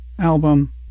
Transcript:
album